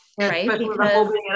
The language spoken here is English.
right